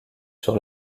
sur